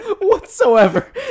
Whatsoever